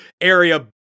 area